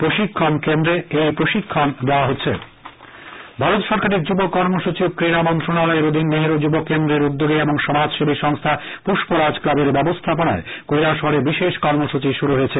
স্বচ্ছ ভারত কর্মসূচী ভারত সরকারের যুব কর্মসূচী ও ক্রীড়া মন্ত্রনালয়ের অধীন নেহেরু যুব কেন্দ্র এর উদ্যোগে ও সমাজসেবী সংস্থা পুষ্পরাজ ক্লাব এর ব্যবস্থাপনায় কৈলাসহরে বিশেষ কর্মসূচী শুরু হয়েছে